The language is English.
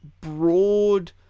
broad